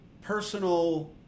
personal